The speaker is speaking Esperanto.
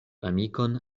amikon